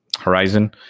horizon